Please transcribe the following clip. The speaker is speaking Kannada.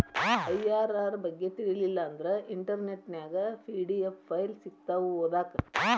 ಐ.ಅರ್.ಅರ್ ಬಗ್ಗೆ ತಿಳಿಲಿಲ್ಲಾ ಅಂದ್ರ ಇಂಟರ್ನೆಟ್ ನ್ಯಾಗ ಪಿ.ಡಿ.ಎಫ್ ಫೈಲ್ ಸಿಕ್ತಾವು ಓದಾಕ್